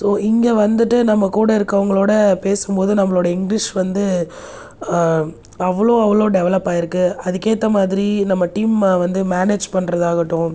so இங்கே வந்துகிட்டு நம்ம கூட இருக்கிறவங்களோடய பேசும் போது நம்முடைய இங்கிலீஷ் வந்து அவ்வளோ அவ்வளோ டெவலப் ஆயிருக்கு அதுக்கு ஏற்ற மாதிரி நம்ம டீம் வந்து மேனேஜ் பண்றதாகட்டும்